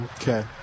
Okay